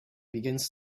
begins